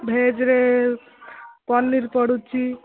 ଭେଜ୍ରେ ପନିର୍ ପଡୁଛି